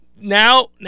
Now